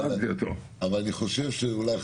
אבל אני חושב שאולי,